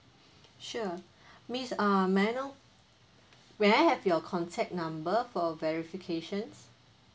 sure miss um may I know may I have your contact number for verifications